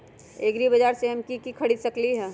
एग्रीबाजार से हम की की खरीद सकलियै ह?